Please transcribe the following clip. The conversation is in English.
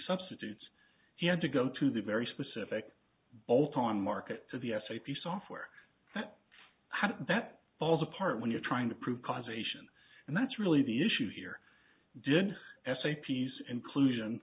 substitutes he had to go to the very specific bolt on market vs a few software that had that falls apart when you're trying to prove causation and that's really the issue here did s a p s inclusion